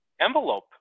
envelope